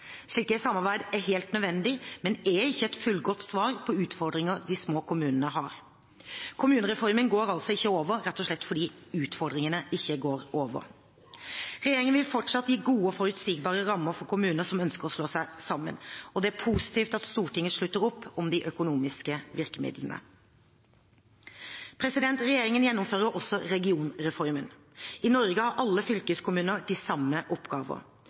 Slike samarbeid er helt nødvendig, men ikke et fullgodt svar på utfordringene de små kommunene har. Kommunereformen går altså ikke over, rett og slett fordi utfordringene ikke går over. Regjeringen vil fortsatt gi gode og forutsigbare rammer for kommuner som ønsker å slå seg sammen, og det er positivt at Stortinget slutter opp om de økonomiske virkemidlene. Regjeringen gjennomfører også regionreformen. I Norge har alle fylkeskommuner de samme oppgavene. Da er den minste fylkeskommunen den som legger lista for hvilke oppgaver